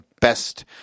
best –